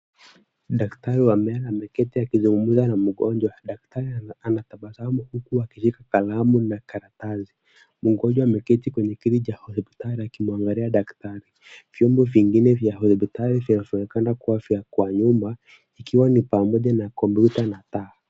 Daktari wa meno ameketi akizungumza na mgonjwa. Daktari anatabasamu huku akishika kalamu na karatasi. Mgonjwa ameketi kwenye kwenye kiti cha hospitali akiamuangalia daktari. Vyombo vingine vya hospitali vinavyonekana kwa nyumba ikiwa ni kompyuta na taa.